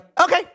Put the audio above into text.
okay